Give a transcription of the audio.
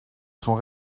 sont